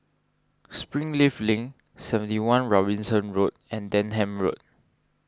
Springleaf Link seventy one Robinson Road and Denham Road